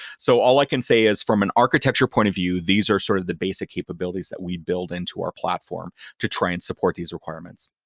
so all i can say is from an architecture point of view, these are sort of the basic capabilities that we build into our platform to try and support these requirements.